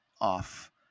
off